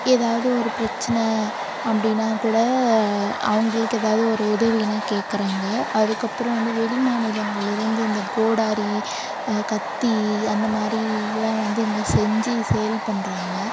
எதாவது ஒரு பிரச்சனை அப்படினா கூட அவங்களுக்கு எதாவது ஒரு உதவினா கேட்கறாங்க அதற்கப்பறம் வந்து வெளிமாநிலங்களிருந்து இந்த கோடாரி கத்தி அந்த மாரிலாம் வந்து இங்கே செஞ்சு சேல் பண்றாங்க